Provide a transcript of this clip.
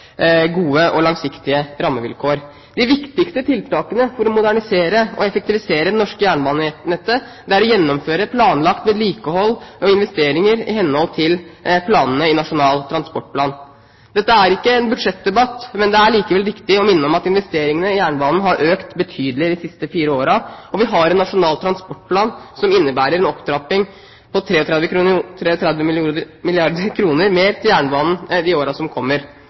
gode og langsiktige rammevilkår. De viktigste tiltakene for å modernisere og effektivisere det norske jernbanenettet er å gjennomføre planlagt vedlikehold og investeringer i henhold til planene i Nasjonal transportplan. Dette er ikke en budsjettdebatt, men det er likevel riktig å minne om at investeringene i jernbanen har økt betydelig de siste fire årene. Vi har en nasjonal transportplan som innebærer en opptrapping på 33 milliarder kr mer til jernbanen i årene som kommer.